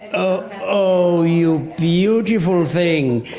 oh, you beautiful thing.